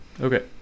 Okay